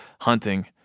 hunting